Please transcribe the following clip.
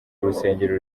urusengero